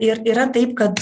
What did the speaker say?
ir yra taip kad